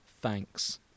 thanks